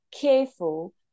careful